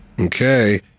Okay